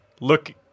look